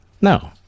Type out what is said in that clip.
No